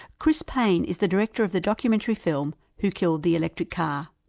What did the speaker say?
chris paine is the director of the documentary film, who killed the electric car?